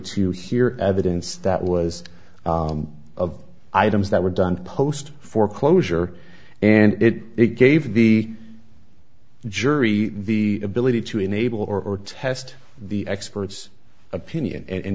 to hear evidence that was of items that were done post foreclosure and it gave the jury the ability to enable or test the expert's opinion and